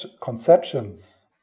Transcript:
conceptions